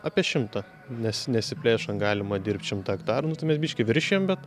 apie šimtą nes nesiplėšant galima dirbt šimtą hektarų nu tai mes biškį viršijam bet